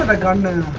but gunman